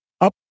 up